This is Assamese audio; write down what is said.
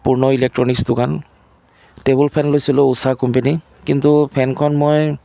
পূৰ্ণ ইলেক্ট্ৰনিকছ দোকান টেবুল ফেন লৈছিলোঁ ঊছা কোম্পেনী কিন্তু ফেনখন মই